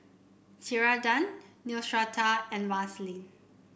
Ceradan Neostrata and Vaselin